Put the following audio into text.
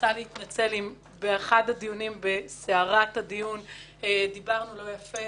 רוצה להתנצל אם באחד הדיונים בסערת הדיון דיברנו לא יפה.